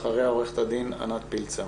אחריה עו"ד ענת פילצר